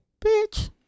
Bitch